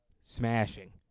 smashing